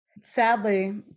Sadly